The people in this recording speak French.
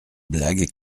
blague